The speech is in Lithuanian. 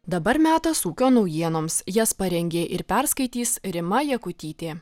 dabar metas ūkio naujienoms jas parengė ir perskaitys rima jakutytė